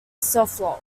suffolk